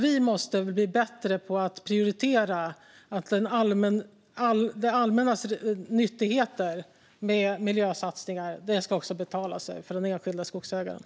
Vi måste bli bättre på att prioritera att det allmännas miljösatsningar också ska betala sig för den enskilda skogsägaren.